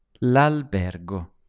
L'albergo